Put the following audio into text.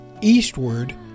eastward